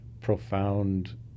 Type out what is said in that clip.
profound